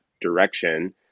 direction